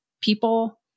people